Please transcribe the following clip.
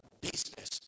business